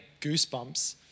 goosebumps